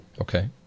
okay